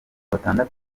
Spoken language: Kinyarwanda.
batandatu